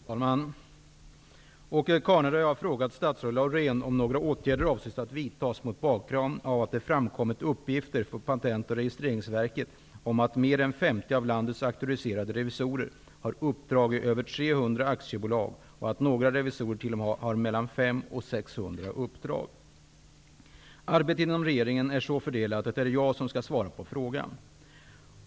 Fru talman! Åke Carnerö har frågat statsrådet Laurén om några åtgärder avses att vidtas mot bakgrund av att det har framkommit uppgifter från Patent och registreringsverket om att mer än 50 av landets auktoriserade revisorer har uppdrag i över 300 aktiebolag och att några revisorer t.o.m. har mellan 500 och 600 uppdrag. Arbetet inom regeringen är så fördelat att det är jag som skall svara på frågan.